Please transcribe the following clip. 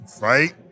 right